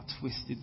twisted